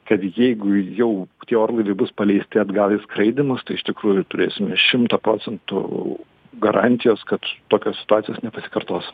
kad jeigu jau tie orlaiviai bus paleisti atgal į skraidymus tai iš tikrųjų turėsime šimtą procentų garantijos kad tokios situacijos nepasikartos